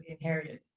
inherited